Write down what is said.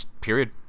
period